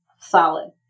solid